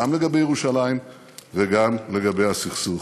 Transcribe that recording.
גם לגבי ירושלים וגם לגבי הסכסוך.